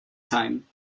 time